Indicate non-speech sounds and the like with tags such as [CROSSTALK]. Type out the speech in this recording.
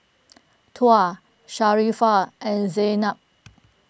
[NOISE] Tuah Sharifah and Zaynab